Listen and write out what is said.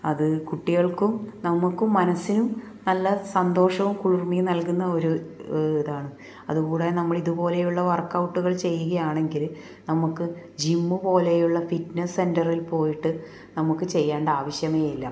അത് കുട്ടികൾക്കും നമുക്കും മനസ്സിനും നല്ല സന്തോഷവും കുളിർമയും നൽകുന്ന ഒരു ഇതാണ് അതുകൂടെ നമ്മൾ ഇതുപോലെയുള്ള വർക്കൗട്ടുകൾ ചെയ്യുകയാണെങ്കിൽ നമുക്ക് ജിമ്മു പോലെയുള്ള ഫിറ്റ്നസ് സെൻ്ററിൽ പോയിട്ട് നമുക്ക് ചെയ്യേണ്ട ആവശ്യമേ ഇല്ല